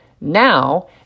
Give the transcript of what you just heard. Now